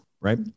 right